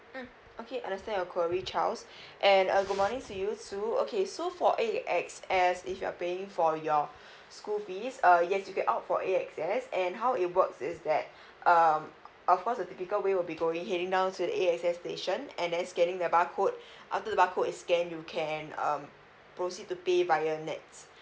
mm understand your query charles and uh good morning to you too okay so for A S X if you are paying for your school fees uh yes you opt for A S X and how it works is that um of course the typical will be going heading down to the A S X station and then scanning the barcode after the barcode is scanned you can um proceed to pay via nets